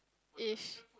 if